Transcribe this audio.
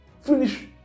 finish